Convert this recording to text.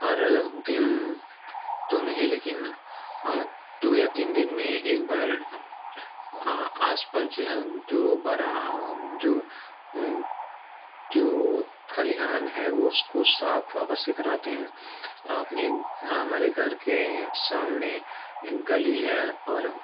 हर दिन तो नहीं लेकिन दो या तीन दिन में एक बार आस पास जो बड़ा जो जो खलिहान है उसको साफ अवश्य कराते हैं अपने हमारे घर के सामने एक गली है और